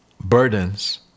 burdens